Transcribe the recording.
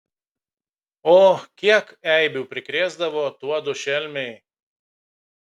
o kiek eibių prikrėsdavo tuodu šelmiai